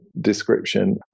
description